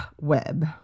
web